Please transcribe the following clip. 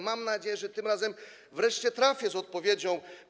Mam nadzieję, że tym razem wreszcie trafię z odpowiedzią.